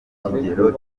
kigero